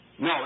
No